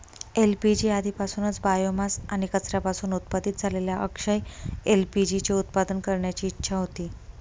LPG आधीपासूनच biomass आणि कचऱ्यापासून उत्पादित झालेल्या अक्षय एल.पी.जी चे उत्पादन करण्याची इच्छा होती